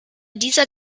dieser